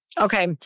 Okay